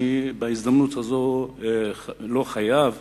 ובהזדמנות הזאת אני חייב